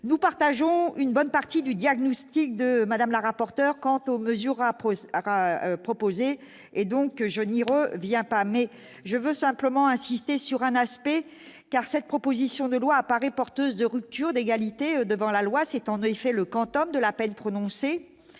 nous partageons une bonne partie du diagnostic de madame la rapporteure quant aux mesures à approuvé proposer et donc Johnny on vient pas mais je veux simplement insister sur un aspect car cette proposition de loi apparaît porteuse de rupture d'égalité devant la loi, c'est en effet le quantum de la peine trop non